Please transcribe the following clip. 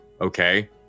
Okay